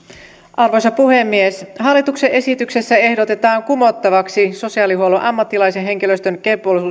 arvoisa puhemies hallituksen esityksessä ehdotetaan kumottavaksi sosiaalihuollon ammatillisen henkilöstön